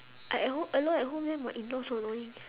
I at home alone at home then my in law so annoying